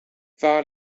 var